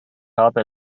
habe